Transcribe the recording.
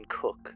Cook